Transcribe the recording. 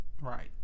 right